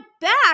back